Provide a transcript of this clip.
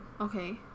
Okay